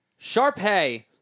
Sharpay